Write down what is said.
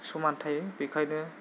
समान थायो बेखायनो